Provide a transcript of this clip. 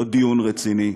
לא דיון רציני.